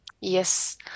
Yes